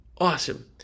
awesome